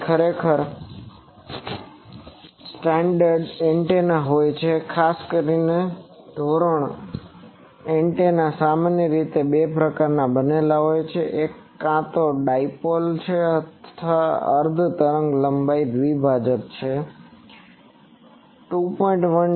તેથી ખરેખર standard antenna હોય છે ખાસ કરીને ધોરણ એન્ટેના સામાન્ય રીતે બે પ્રકારના બનેલા હોય છે એક કાં તો ડાપોલ છે અર્ધ તરંગલંબન દ્વિભાજક છે તે 2